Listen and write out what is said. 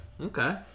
Okay